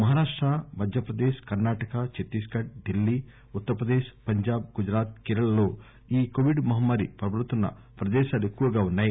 మహారాష్ట మధ్యప్రదేశ్ కర్నాటక దత్తీషఘడ్ ఢిల్లీ ఉత్తరప్రదేశ్ పంజాబ్ గుజరాత్ కేరళలలో ఈ కోవిడ్ మహమ్మారి ప్రభలుతున్న ప్రదేశాలు ఎక్కువగా ఉన్నాయి